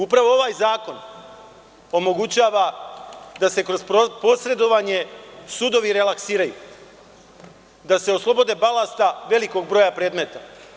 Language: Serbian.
Upravo ovaj zakon omogućava da se kroz posredovanje sudovi relaksiraju, da se oslobode balasta velikog broja predmeta.